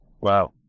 Wow